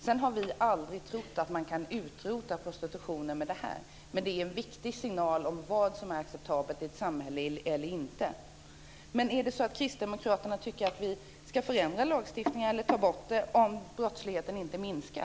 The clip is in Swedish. Sedan har vi aldrig trott att man kan utrota prostitutionen med det, men det är en viktig signal om vad som är acceptabelt i ett samhälle och inte. Är det så att Kristdemokraterna tycker att vi ska förändra lagstiftningen eller ta bort den om brottsligheten inte minskar?